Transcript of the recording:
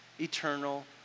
eternal